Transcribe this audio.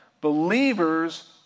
Believers